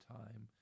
time